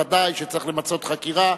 ודאי שצריך למצות חקירה,